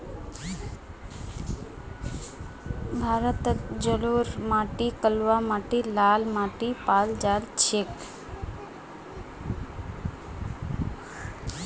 भारतत जलोढ़ माटी कलवा माटी लाल माटी पाल जा छेक